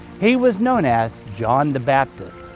he was known as john the baptist.